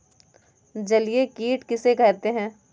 जलीय कीट किसे कहते हैं?